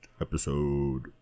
episode